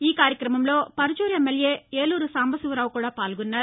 ఈ కార్యక్రమంలో పరుచూరు ఎమ్మేల్యే ఏలూరు సాంబశివరావు కూడా పాల్గొన్నారు